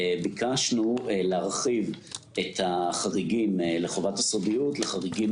ביקשנו להרחיב את החריגים לחובת הסודיות לחריגים